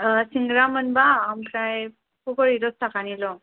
सिंग्रा मोनबा ओमफ्राय फकरि दसताकानिल'